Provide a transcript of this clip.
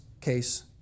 case